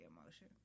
emotion